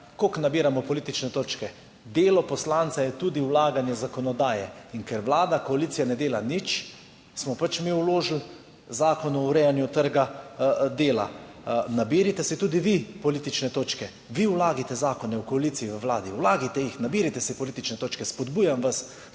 Kako nabiramo politične točke? Delo poslanca je tudi vlaganje zakonodaje. In ker vlada, koalicija ne delata nič, smo pač mi vložili zakon o urejanju trga dela. Nabirajte si tudi vi politične točke, vi vlagajte zakone, v koaliciji, v vladi. Vlagajte jih, nabirajte si politične točke, spodbujam vas,